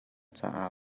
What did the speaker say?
caah